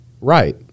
right